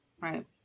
right